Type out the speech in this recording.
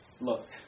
look